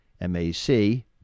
M-A-C